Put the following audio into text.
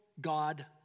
God